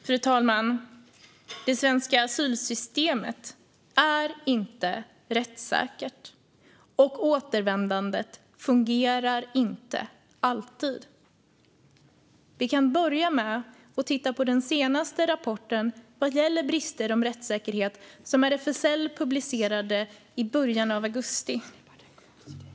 Fru talman! Det svenska asylsystemet är inte rättssäkert, och återvändandet fungerar inte alltid. Vi kan börja med att titta på den senaste rapporten vad gäller brister om rättssäkerhet som RFSL publicerade i början av augusti.